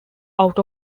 out